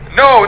no